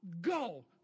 go